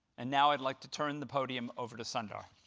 and now i'd like to turn the podium over to sundar.